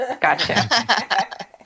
gotcha